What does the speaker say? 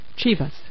Chivas